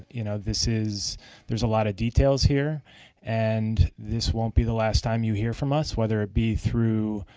you know, this is there is a lot of details here and this won't be the last time you hear from us, whether it be through